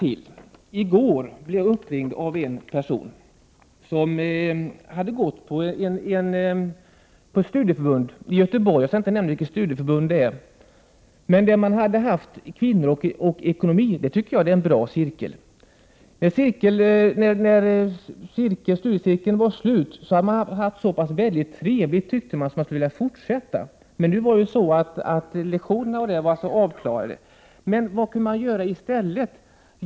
I går blev jag uppringd av en person som hade deltagit i en studiecirkel på ett studieförbund i Göteborg. Jag skall inte nämna vilket studieförbund det var. Den studiecirkeln handlade om kvinnor och ekonomi. Det tycker jag är ett bra ämne för en cirkel. När studiecirkeln hade avslutats hade deltagarna haft så trevligt att de skulle vilja fortsätta. Men ämnet var färdigbehandlat. Deltagarna undrade då vad de kunde göra i stället.